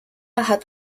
hat